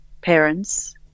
parents